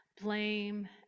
blame